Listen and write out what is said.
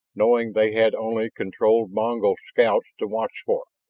knowing they had only controlled mongol scouts to watch for.